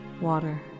water